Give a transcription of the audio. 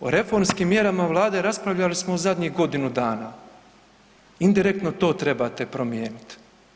O reformskim mjerama vlade raspravljali smo u zadnjih godinu dana, indirektno to trebate promijenit.